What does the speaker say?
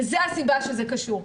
וזו הסיבה שזה קשור.